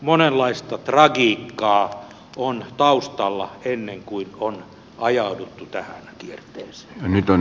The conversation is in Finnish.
monenlaista tragiikkaa on taustalla ennen kuin on ajauduttu tähän kierteeseen